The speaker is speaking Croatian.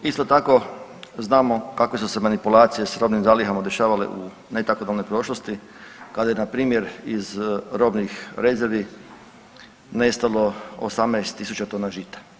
Isto tako znamo kakve su se manipulacije s robnim zalihama dešavale u ne tako davnoj prošlosti kada je na npr. iz robnih rezervi nestalo 18.000 tona žita.